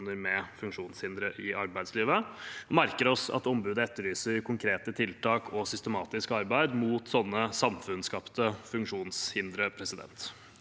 med funksjonshindre i arbeidslivet, og merker oss at ombudet etterlyser konkrete tiltak og systematisk arbeid mot sånne samfunnsskapte funksjonshindre. I tillegg